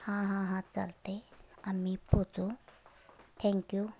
हा हा हा चालते आम्ही पोचू थँक यू